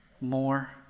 more